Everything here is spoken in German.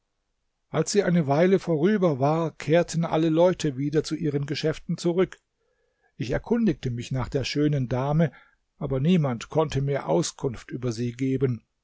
als sie eine weile vorüber war kehrten alle leute wieder zu ihren geschäften zurück ich erkundigte mich nach der schönen dame aber niemand konnte mir auskunft über sie geben